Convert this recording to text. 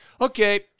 Okay